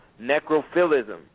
Necrophilism